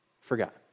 forgot